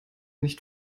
nicht